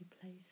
place